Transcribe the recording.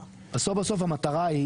בסוף בסוף בסוף המטרה היא